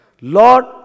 Lord